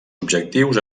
objectius